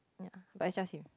ya but it's just him